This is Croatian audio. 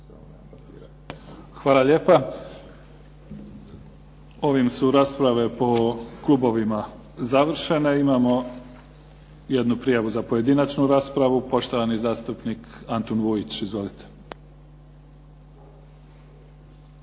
Hvala lijepo. Ovim su rasprave po klubovima završene. Imamo jednu prijavu za pojedinačnu raspravu. Poštovani zastupnik Antun Vujić. Izvolite.